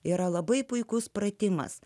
yra labai puikus pratimas